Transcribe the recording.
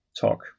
talk